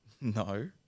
No